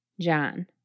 John